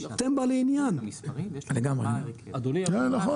אדוני היושב-ראש, אני יכול